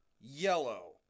yellow